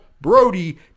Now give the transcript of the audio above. Brody